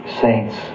saints